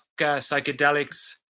psychedelics